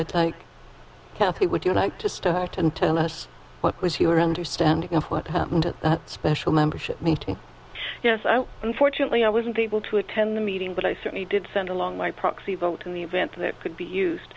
kathy would you like to start and tell us what was your understanding of what happened at that special membership meeting yes unfortunately i wasn't able to attend the meeting but i certainly did send along my proxy vote in the event that could be used